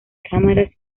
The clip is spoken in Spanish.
cámaras